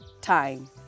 time